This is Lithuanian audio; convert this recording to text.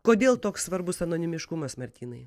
kodėl toks svarbus anonimiškumas martynai